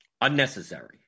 Unnecessary